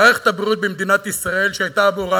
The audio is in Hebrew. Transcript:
מערכת הבריאות במדינת ישראל הייתה אמורה